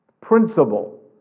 principle